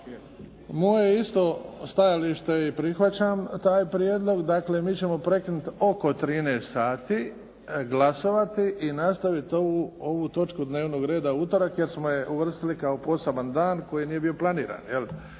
je isto stajalište i prihvaćam taj prijedlog, dakle mi ćemo prekinuti oko 13 sati, glasovati i nastavit ovu točku dnevnog reda u utorak jer smo je uvrstili postamandman koji nije bio planiran.